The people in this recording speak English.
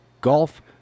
golf